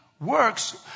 works